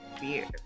beer